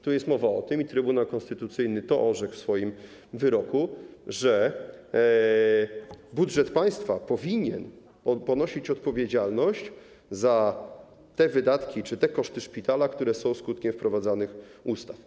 Tu jest mowa o tym, i Trybunał Konstytucyjny to orzekł w swoim wyroku, że budżet państwa powinien ponosić odpowiedzialność za te wydatki czy koszty szpitala, które są skutkiem wprowadzanych ustaw.